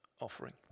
offering